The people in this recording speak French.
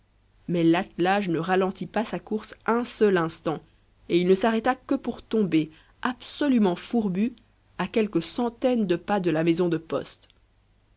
mais l'attelage ne ralentit pas sa course un seul instant et il ne s'arrêta que pour tomber absolument fourbu à quelque centaine de pas de la maison de poste